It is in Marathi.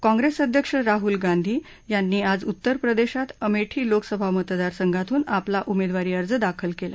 काँप्रेस अध्यक्ष राहुल गांधी यांनी आज उत्तर प्रदेशात अमेठी लोकसभा मतदारसंघातून आपला उमेदवारी अर्ज दाखल केला